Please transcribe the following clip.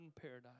paradise